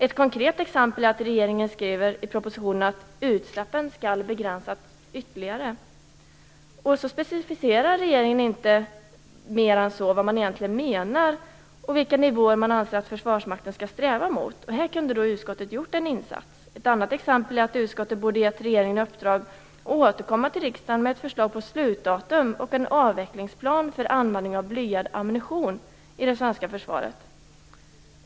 Ett konkret exempel är att regeringen i propositionen skriver att utsläppen skall begränsas ytterligare. Dock specificerar regeringen inte mer än så vad man egentligen menar och vilka nivåer som man anser att Försvarsmakten skall sträva mot. Här kunde utskottet ha gjort en insats. Ett annat exempel är att utskottet borde ha gett regeringen i uppdrag att återkomma till riksdagen med ett förslag till slutdatum och en avvecklingsplan för användning av blyad ammunition i det svenska försvaret.